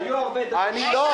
אני לא